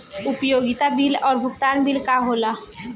उपयोगिता बिल और भुगतान बिल का होला?